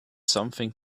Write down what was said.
something